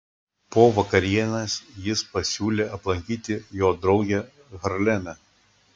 po vakarienės jis pasiūlė aplankyti jo draugę harleme